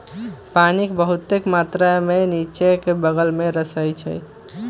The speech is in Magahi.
पानी बहुतेक मात्रा में निच्चे आ बगल में रिसअई छई